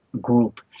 group